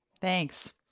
Thanks